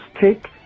Take